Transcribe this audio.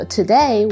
Today